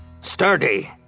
Sturdy